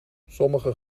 sommige